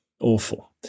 awful